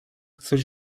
coś